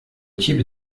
type